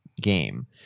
game